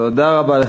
תודה רבה.